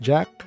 Jack